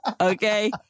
Okay